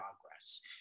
progress